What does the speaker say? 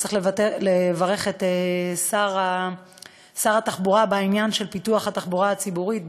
צריך לברך את שר התחבורה בעניין של פיתוח התחבורה הציבורית,